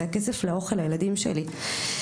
זה כסף ואוכל לילדים שלי.